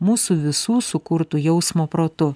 mūsų visų sukurtu jausmo protu